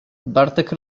bartek